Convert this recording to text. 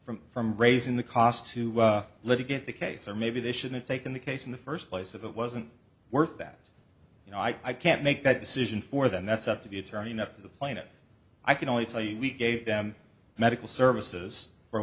from from raising the cost to litigate the case or maybe they shouldn't take in the case in the first place if it wasn't worth that you know i can't make that decision for them that's up to the attorney and up to the plaintiff i can only tell you we gave them medical services for